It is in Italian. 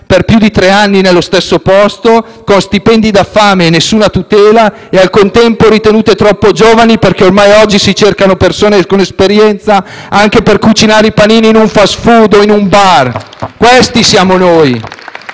per più di tre anni nello stesso posto con stipendi da fame e nessuna tutela e, al contempo, ritenute troppo giovani, perché oggi se ne cercano con esperienza anche per cucinare i panini in un *fast food* o in un bar. *(Applausi dai